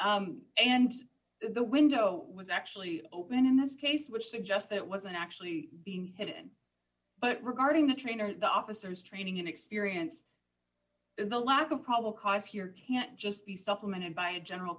vehicle and the window was actually open in this case which suggests that it wasn't actually being hidden but regarding the train or the officers training and experience and the lack of probable cause here can't just be supplemented by a general